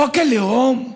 חוק הלאום?